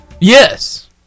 yes